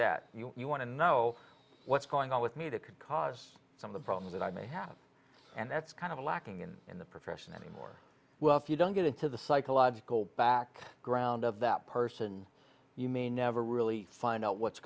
that you want to know what's going on with me that could cause some of the problems that i may have and that's kind of lacking in in the profession anymore well if you don't get into the psychological back ground of that person you may never really find out what's